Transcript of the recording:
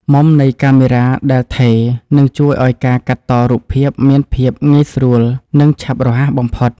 មុំនៃកាមេរ៉ាដែលថេរនឹងជួយឱ្យការកាត់តរូបភាពមានភាពងាយស្រួល និង ឆាប់រហ័សបំផុត។